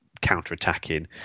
counter-attacking